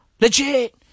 Legit